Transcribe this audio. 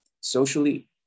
Socially